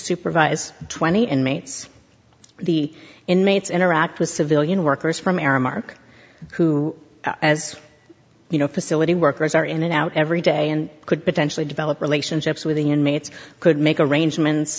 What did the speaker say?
supervise twenty inmates the inmates interact with civilian workers from aramark who as you know facility workers are in and out every day and could potentially develop relationships with the inmates could make arrangements